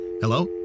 Hello